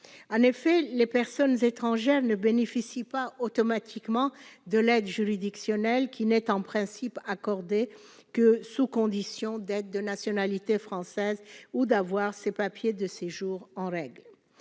en effet les personnes étrangères ne bénéficient pas automatiquement de l'aide juridictionnelle, qui n'est en principe accorder que sous condition d'être de nationalité française ou d'avoir ses papiers de séjour en règle